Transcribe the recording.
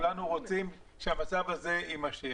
כולנו רוצים שהמצב הזה יימשך.